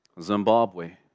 Zimbabwe